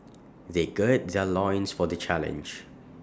they gird their loins for the challenge